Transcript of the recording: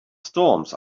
storms